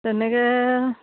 তেনেকৈ